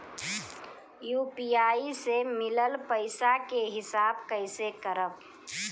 UPI से मिलल पईसा के हिसाब कइसे करब?